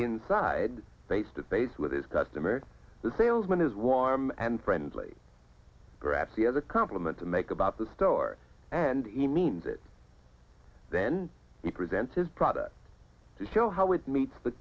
inside face to face with his customer the salesman is why arm and friendly grabs the as a complement to make about the store and he means it then he presents his product to show how it meets the